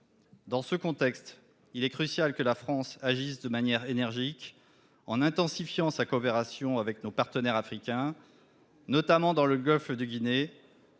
Dans ce contexte, il est crucial que la France agisse de manière énergique en intensifiant sa coopération avec ses partenaires africains, notamment dans le golfe de Guinée,